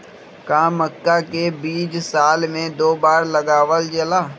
का मक्का के बीज साल में दो बार लगावल जला?